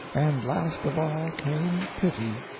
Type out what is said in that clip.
and last of all came pity,